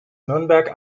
nürnberg